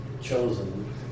chosen